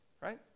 right